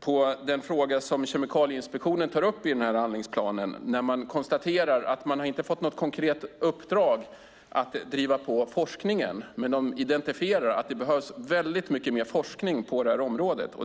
på den fråga som Kemikalieinspektionen tar upp i den här handlingsplanen. Man konstaterar att man inte har fått något konkret uppdrag att driva på forskningen, men de identifierar att det behövs väldigt mycket mer forskning på det här området.